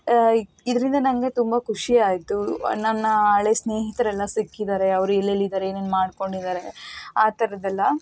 ಇದರಿಂದ ನನಗೆ ತುಂಬ ಖುಷಿಯಾಯಿತು ನನ್ನ ಹಳೆಯ ಸ್ನೇಹಿತರೆಲ್ಲ ಸಿಕ್ಕಿದ್ದಾರೆ ಅವರು ಎಲ್ಲೆಲ್ಲಿದ್ದಾರೆ ಏನೇನು ಮಾಡಿಕೊಂಡಿದ್ದಾರೆ ಆ ಥರದ್ದೆಲ್ಲ